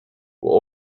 were